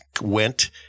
went